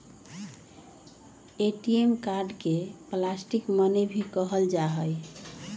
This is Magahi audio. ए.टी.एम कार्ड के प्लास्टिक मनी भी कहल जाहई